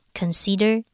consider